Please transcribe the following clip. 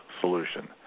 solution